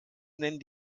nennen